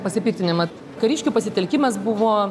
pasipiktinimą kariškių pasitelkimas buvo